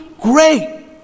Great